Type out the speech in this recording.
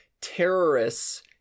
terrorists